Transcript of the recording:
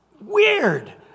weird